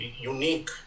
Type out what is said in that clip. unique